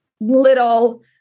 little